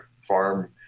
farm